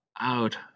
out